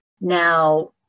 Now